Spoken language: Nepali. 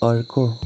अर्को